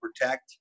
protect